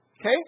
okay